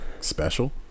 special